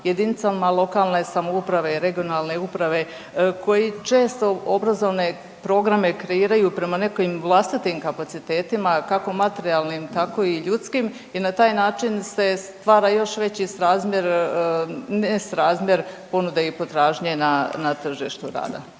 jedinicama lokalne samouprave i regionalne uprave koji često obrazovne programe kreiraju prema nekim vlastitim kapacitetima kako materijalnim tako i ljudskim i na taj način se stvara još veći srazmjer, nesrazmjer ponude i potražnje na, na tržištu rada.